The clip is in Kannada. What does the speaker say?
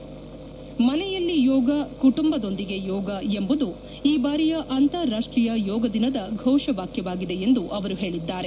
ಮನೆಯಲ್ಲಿ ಯೋಗ ಕುಟುಂಬದೊಂದಿಗೆ ಯೋಗ ಎಂಬುದು ಈ ಬಾರಿಯ ಅಂತಾರಾಷ್ಷೀಯ ಯೋಗ ದಿನದ ಘೋಷವಾಕ್ಲವಾಗಿದೆ ಎಂದು ಅವರು ಹೇಳಿದ್ದಾರೆ